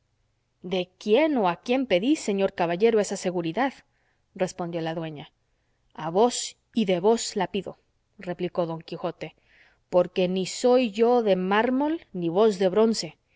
de quién o a quién pedís señor caballero esa seguridad respondió la dueña a vos y de vos la pido replicó don quijote porque ni yo soy de mármol ni vos de bronce